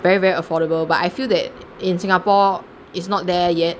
very very affordable but I feel that in Singapore it is not there yet